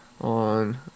on